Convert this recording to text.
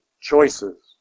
choices